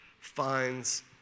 finds